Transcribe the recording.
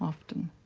often.